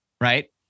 right